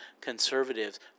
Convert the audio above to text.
conservatives